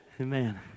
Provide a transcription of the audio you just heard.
Amen